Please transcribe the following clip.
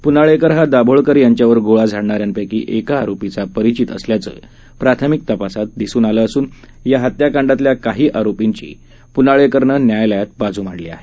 प्नाळेकर हा दाभोळकर यांच्यावर गोळ्या झाडणाऱ्यांपैकी एका आरोपीचा परिचित असल्याचं प्राथमिक तपासात दिसून आलं असून या हत्याकांडातल्या काही आरोपींची पूनाळेकरनं न्यायालयात बाजू मांडली आहे